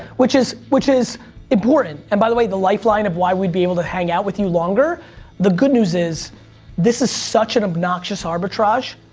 which is which is important and by the way the lifeline of why we'd be able to hang out with you longer the good news is this is such an obnoxious arbitrage.